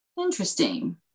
Interesting